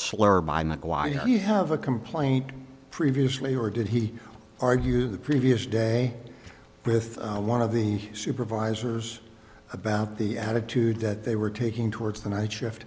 slur by mcgwire do you have a complaint previously or did he argue the previous day with one of the supervisors about the attitude that they were taking towards the night shift